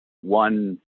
one